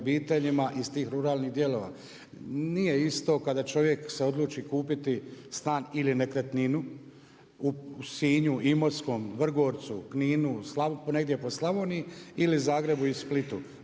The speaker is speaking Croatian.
iz tih ruralnih dijelova. Nije isto kada čovjek se odluči kupiti stan ili nekretninu u Sinju, Imotskom, Vrgorcu, Kninu, negdje po Slavoniji ili Zagrebu i Splitu.